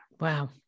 Wow